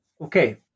okay